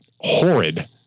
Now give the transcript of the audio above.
horrid